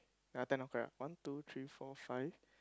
ya ten ah correct one two three four five